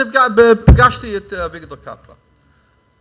פגשתי את אביגדור קפלן,